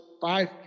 Five